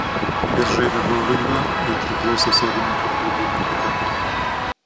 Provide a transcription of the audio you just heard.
jis žaidė boulingą ir priklausė sodininkų klubui bibliotekoje